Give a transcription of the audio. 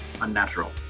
Unnatural